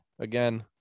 again